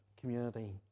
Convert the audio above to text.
community